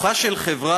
כוחה של חברה